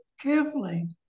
carefully